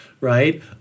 right